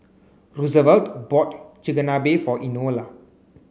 Roosevelt bought Chigenabe for Enola